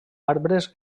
arbres